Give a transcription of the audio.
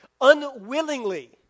Unwillingly